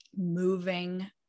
moving